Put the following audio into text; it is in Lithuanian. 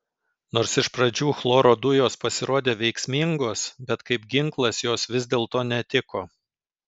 nors iš pradžių chloro dujos pasirodė veiksmingos bet kaip ginklas jos vis dėlto netiko